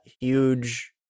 huge